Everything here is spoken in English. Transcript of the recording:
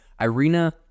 Irina